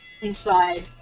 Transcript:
inside